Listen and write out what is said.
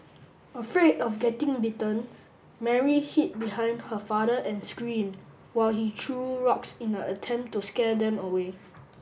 afraid of getting bitten Mary hid behind her father and screamed while he threw rocks in a attempt to scare them away